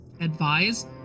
advise